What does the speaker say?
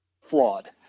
flawed